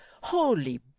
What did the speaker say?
Holy